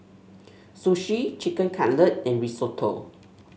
Sushi Chicken Cutlet and Risotto